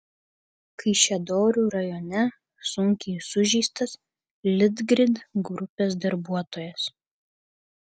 kaišiadorių rajone sunkiai sužeistas litgrid grupės darbuotojas